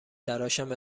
تراشم